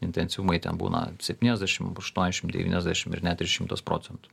intensyvumai ten būna septyniasdešimt aštuoniasdešimt devyniasdešimt ir net ir šimtas procentų